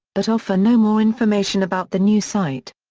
but offer no more information about the new site.